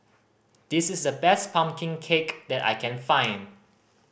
this is the best pumpkin cake that I can find